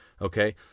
Okay